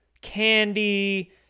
candy